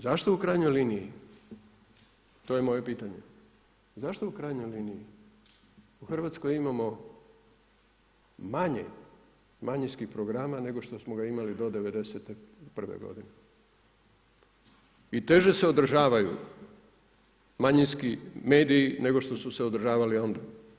Zašto u krajnjoj liniji, to je moje pitanje, zašto u krajnjoj liniji u Hrvatskoj imamo manje manjinskih programa nego što smo ga imali do '91. g. i teže se održavaju manjinski mediji, nego što su se održavali onda.